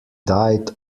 died